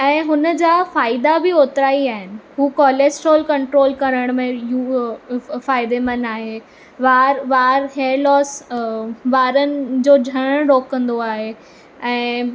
ऐं हुन जा फ़ाइदा बि ओतिरा बि आहिनि हू कोलेस्ट्रोल करण में फ़ाइदेमंद आहे वार वार हेर लॉस वारनि जो झरण रोकंदो आहे ऐं